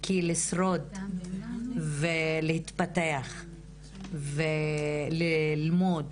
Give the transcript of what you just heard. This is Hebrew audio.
כי לשרוד ולהתפתח וללמוד